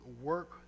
work